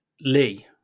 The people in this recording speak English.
Lee